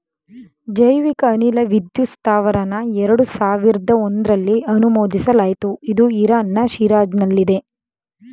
ಜೈವಿಕ ಅನಿಲ ವಿದ್ಯುತ್ ಸ್ತಾವರನ ಎರಡು ಸಾವಿರ್ದ ಒಂಧ್ರಲ್ಲಿ ಅನುಮೋದಿಸಲಾಯ್ತು ಇದು ಇರಾನ್ನ ಶಿರಾಜ್ನಲ್ಲಿದೆ